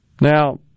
Now